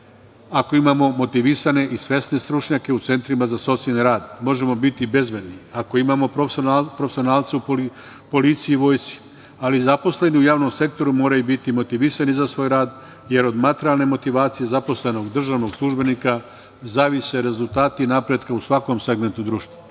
ako imamo motivisane i svesne stručnjake u centrima za socijalni rad. Možemo biti bezbedni ako imamo profesionalce u policiji i vojsci, ali zaposleni u javnom sektoru moraju biti motivisani za svoj rad, jer od materijalne motivacije zaposlenog državnog službenika zavise rezultati napretka u svakom segmentu društva. Reforma